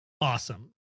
awesome